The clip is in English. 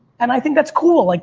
and i think that's cool. like,